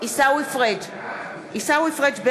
הלאומי לגבות את דמי המזונות